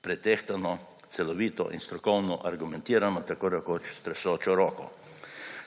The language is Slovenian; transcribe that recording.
pretehtano, celovito in strokovno argumentirano, tako rekoč s tresočo roko.